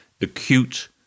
acute